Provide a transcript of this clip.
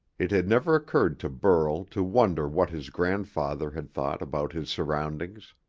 it had never occurred to burl to wonder what his grandfather had thought about his surroundings.